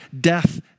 death